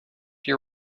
you